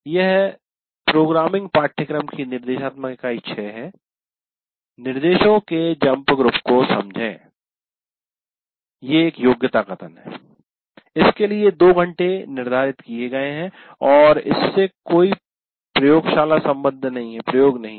यह "प्रोग्रामिंग" पाठ्यक्रम की निर्देशात्मक इकाई 6 है निर्देशों के जम्प ग्रुप को समझें ये एक योग्यता कथन इसके लिए 2 घंटे निर्धारित किये गए है और इससे कोई प्रयोगशाला संबद्ध नहीं है